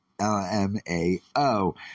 L-M-A-O